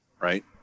right